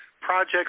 projects